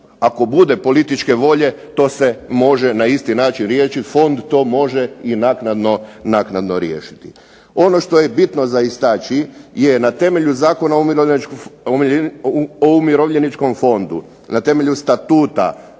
ako bude političke volje to se može na isti način reći, fond to može i naknadno riješiti. Ono što je bitno za istaći je na temelju Zakona o umirovljeničkom fondu, na temelju statuta,